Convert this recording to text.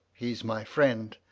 he's my friend,